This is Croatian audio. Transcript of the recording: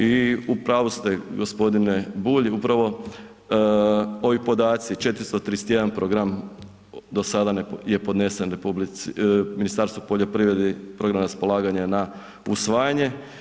I u pravu ste, g. Bulj, upravo ovi podaci, 431 program do sada je podnesen Ministarstvu poljoprivrede program raspolaganja na usvajanje.